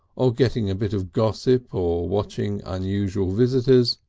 or getting a bit of gossip or watching unusual visitors,